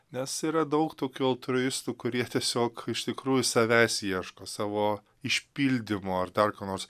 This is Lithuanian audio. nes yra daug tokių altruistų kurie tiesiog iš tikrųjų savęs ieško savo išpildymo ar dar ko nors